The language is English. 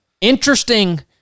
interesting